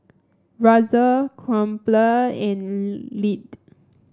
Razer Crumpler and Lindt